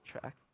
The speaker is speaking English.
track